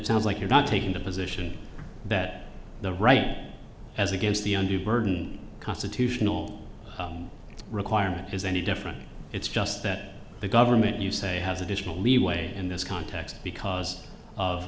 sounds like you're not taking the position that the right as against the undue burden constitutional requirement is any different it's just that the government you say has additional leeway in this context because of